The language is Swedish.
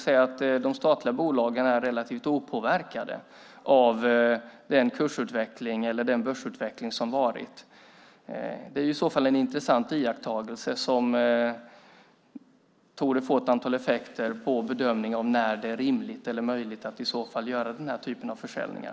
Är de statliga bolagen relativt opåverkade av den kursutveckling eller börsutveckling som har varit? Det är i så fall en intressant iakttagelse som torde få effekt på bedömningen när det är rimligt eller möjligt att göra den typen av försäljningar.